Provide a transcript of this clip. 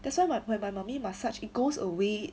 that's why my when my mummy massage it goes away